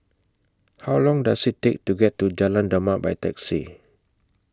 How Long Does IT Take to get to Jalan Demak By Taxi